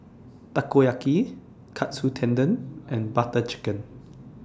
Takoyaki Katsu Tendon and Butter Chicken